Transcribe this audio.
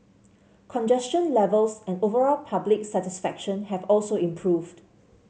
congestion levels and overall public satisfaction have also improved